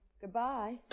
Goodbye